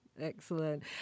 Excellent